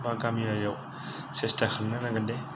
बा गामियारियाव सेस्ता खालामनो नांगोन दि